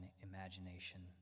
imagination